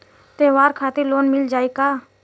त्योहार खातिर लोन मिल जाई का?